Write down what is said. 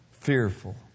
fearful